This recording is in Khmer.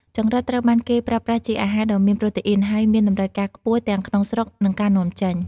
ចង្រិតត្រូវបានគេប្រើប្រាស់ជាអាហារដ៏មានប្រូតេអ៊ីន ហើយមានតម្រូវការខ្ពស់ទាំងក្នុងស្រុក និងការនាំចេញ។